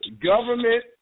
Government